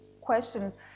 questions